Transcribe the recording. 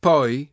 Poi